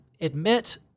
admit